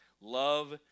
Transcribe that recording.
Love